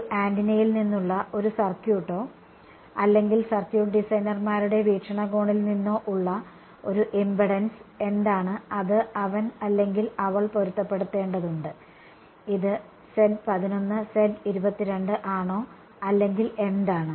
ഒരു ആന്റിനയിൽ നിന്നുള്ള ഒരു സർക്യൂട്ടോ അല്ലെങ്കിൽ സർക്യൂട്ട് ഡിസൈനർമാരുടെ വീക്ഷണകോണിൽ നിന്നോ ഉള്ള ഒരു ഇംപെഡൻസ് എന്താണ് അത് അവൻ അല്ലെങ്കിൽ അവൾ പൊരുത്തപ്പെടുത്തേണ്ടതുണ്ട് ഇത് ആണോ അല്ലെങ്കിൽഎന്താണ്